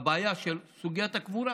הבעיה של סוגיית הקבורה